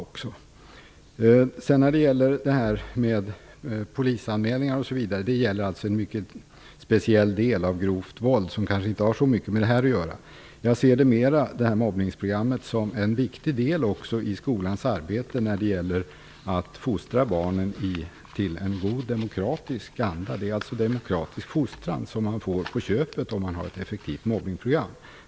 Polisanmälning kommer i fråga vid en mycket speciell del, när det handlar om grovt våld. Det kanske inte har så mycket med det här att göra. Jag ser mobbningsprogrammet mera som en viktig del av skolans arbete när det gäller att fostra barnen till en god demokratisk anda. Det handlar alltså om demokratisk fostran som man får på köpet om man har ett effektivt mobbningsprogram.